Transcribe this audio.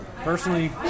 personally